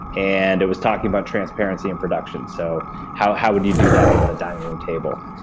and it was talking about transparency and productions. so how how would you do that with a dining room table?